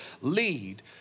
lead